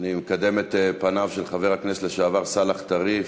אני מקדם את פניו של חבר הכנסת לשעבר סאלח טריף,